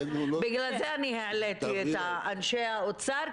בגלל זה אני העליתי את אנשי האוצר,